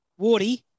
Wardy